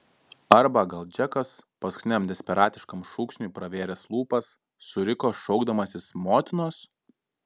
arba gal džekas paskutiniam desperatiškam šūksniui pravėręs lūpas suriko šaukdamasis motinos